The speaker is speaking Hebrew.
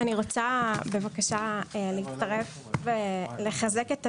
אני רוצה בבקשה להצטרף ולחזק את הדברים.